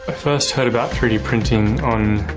ah first heard about three d printing on a